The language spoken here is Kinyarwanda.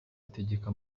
itegeka